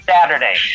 Saturday